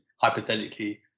hypothetically